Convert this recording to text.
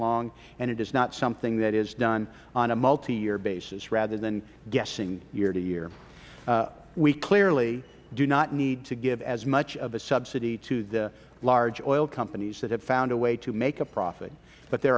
long and it is not something that is done on a multiyear basis rather than guessing year to year we clearly do not need to give as much of a subsidy to the large oil companies that have found a way to make a profit but there